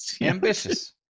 Ambitious